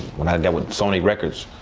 when i got with sony records,